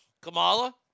Kamala